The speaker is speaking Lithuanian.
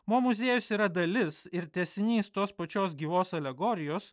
mo muziejus yra dalis ir tęsinys tos pačios gyvos alegorijos